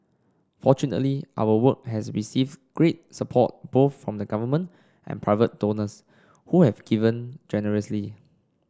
fortunately our work has received great support both from the government and private donors who had given generously